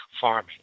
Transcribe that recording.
farming